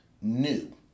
new